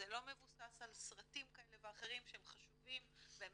זה לא מבוסס על סרטים כאלה ואחרים שהם חשובים והם